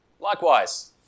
likewise